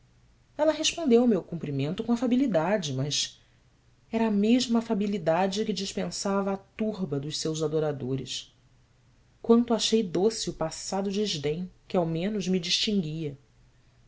ela respondeu ao meu cumprimento com afabilidade mas era a mesma afabilidade que dispensava à turba dos seus adoradores quanto achei doce o passado desdém que ao menos me distinguia